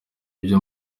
ibyo